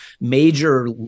major